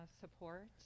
support